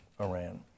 Iran